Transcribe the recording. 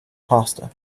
pasta